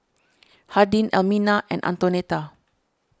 Hardin Elmina and Antonetta